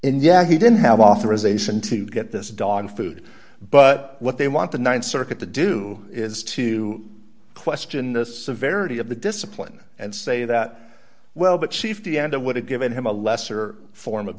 yeah he didn't have authorization to get this dog food but what they want the th circuit to do is to question the severity of the discipline and say that well but chief d and a would have given him a lesser form of